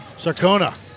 Sarcona